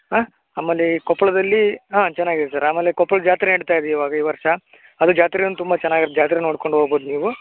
ಹಾಂ ನಮ್ಮಲ್ಲಿ ಕೊಪ್ಪಳದಲ್ಲಿ ಹಾಂ ಚೆನ್ನಾಗಿದೆ ಸರ್ ಆಮೇಲೆ ಕೊಪ್ಪಳ್ದ ಜಾತ್ರೆ ನಡೀತಾ ಇದೆ ಇವಾಗ ಈ ವರ್ಷ ಅದು ಜಾತ್ರೆ ಒಂದು ತುಂಬ ಚೆನ್ನಾಗಿದೆ ಜಾತ್ರೆ ನೋಡ್ಕೊಂಡು ಹೋಗ್ಬೋದ್ ನೀವು